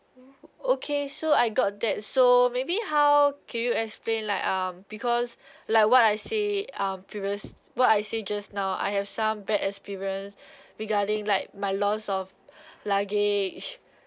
okay so I got that so maybe how can you explain like um because like what I say um previous what I say just now I have some bad experience regarding like my loss of luggage